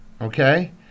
Okay